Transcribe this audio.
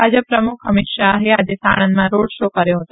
ભા પ પ્રમુખ મીત શાહે આજે સાણંદમાં રોડ શો કર્યો હતો